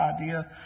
idea